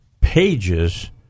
pages